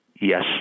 Yes